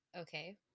Okay